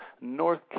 North